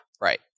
right